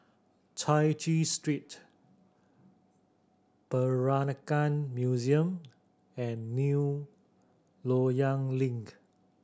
Chai Chee Street Peranakan Museum and New Loyang Link